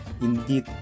Indeed